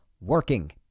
working